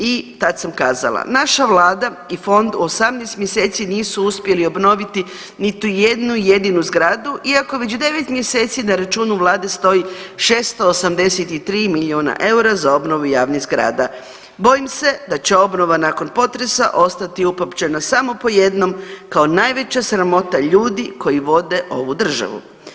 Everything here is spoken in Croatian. I tad sam kazala, naša vlada i fond u 18 mjeseci nisu uspjeli obnoviti niti jednu jedinu zgradu iako već 9 mjeseci na računu vlade stoji 683 milijuna EUR-a za obnovu javnih zgrada, bojim se da će obnova nakon potresa ostati upamćena samo po jednom kao najveća sramota ljudi koji vode ovu državu.